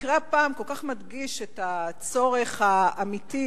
המקרה הפעם כל כך מדגיש את הצורך האמיתי: